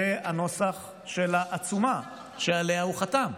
זה הנוסח של העצומה שעליה הוא חתם.